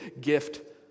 gift